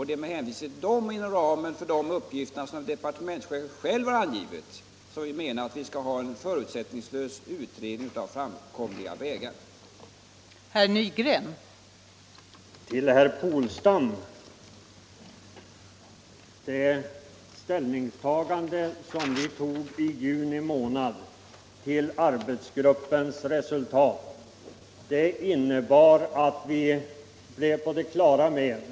Det är inom ramen för dessa, som departementschefen själv har angivit, som vi menar att en förutsättningslös utredning av framkomliga vägar skall göras.